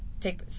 take